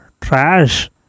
trash